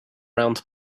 round